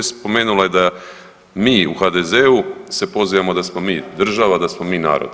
Spomenula je da mi u HDZ-u se pozivamo da smo mi država, da smo mi narod.